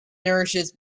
nourishes